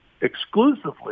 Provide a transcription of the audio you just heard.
exclusively